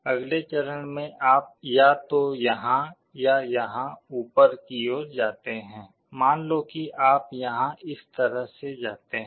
अगले चरण में आप या तो यहाँ या यहाँ ऊपर की ओर जाते हैं मान लो कि आप यहाँ इस तरह से जाते हैं